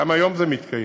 גם היום זה מתקיים,